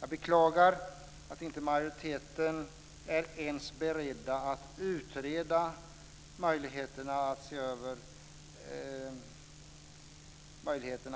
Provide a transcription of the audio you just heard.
Jag beklagar att majoriteten inte ens är beredd att utreda möjligheterna